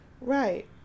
Right